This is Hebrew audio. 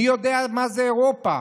מי יודע מה זו אירופה?